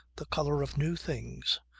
the colour of new things,